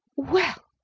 well,